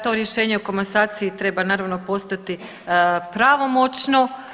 To rješenje o komasaciji treba naravno postati pravomoćno.